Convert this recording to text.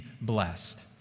blessed